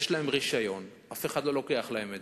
יש להן רשיון, ואף אחד לא לוקח להן אותו.